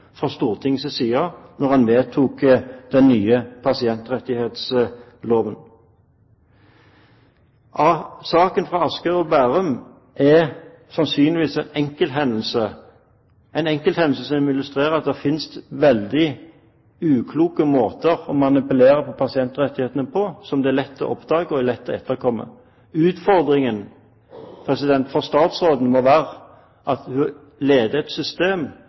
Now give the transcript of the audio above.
fra Stortingets side da man vedtok den nye pasientrettighetsloven. Saken fra Asker og Bærum er sannsynligvis en enkelthendelse som illustrerer at det finnes veldig ukloke måter å manipulere pasientrettighetene på som det er lett å oppdage og lett å etterkomme. Utfordringen for statsråden må være å lede et system